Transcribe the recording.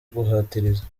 guhatiriza